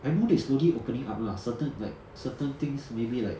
I know they slowly opening up lah certain like certain things maybe like